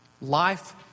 Life